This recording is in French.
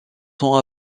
sont